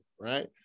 right